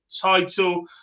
title